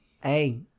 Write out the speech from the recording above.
hey